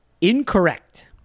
Incorrect